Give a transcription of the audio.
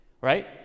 right